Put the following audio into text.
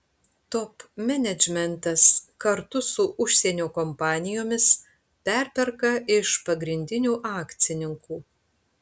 top menedžmentas kartu su užsienio kompanijomis perperka iš pagrindinių akcininkų